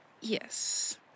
Yes